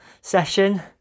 session